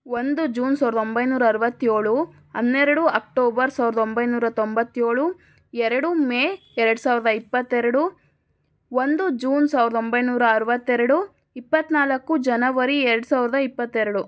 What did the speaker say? ಒಂದು ಜೂನ್ ಸಾವಿರದ ಒಂಬೈನೂರ ಅರ್ವತ್ತೇಳು ಹನ್ನೆರಡು ಅಕ್ಟೋಬರ್ ಸಾವಿರದ ಒಂಬೈನೂರ ತೊಂಬತ್ತೇಳು ಎರಡು ಮೇ ಎರಡು ಸಾವಿರದ ಇಪ್ಪತ್ತೆರಡು ಒಂದು ಜೂನ್ ಸಾವಿರದ ಒಂಬೈನೂರ ಅರ್ವತ್ತೆರಡು ಇಪ್ಪತ್ನಾಲ್ಕು ಜನವರಿ ಎರಡು ಸಾವಿರದ ಇಪ್ಪತ್ತೆರಡು